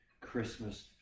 Christmas